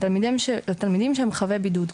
על תלמידים שהם חבי בידוד.